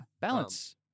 balance